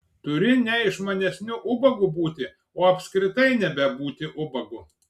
turi ne išmanesniu ubagu būti o apskritai nebebūti ubagu